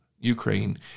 Ukraine